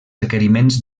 requeriments